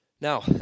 Now